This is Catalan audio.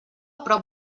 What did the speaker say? prop